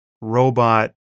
robot